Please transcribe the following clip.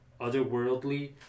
otherworldly